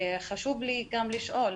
וחשוב לי לשאול,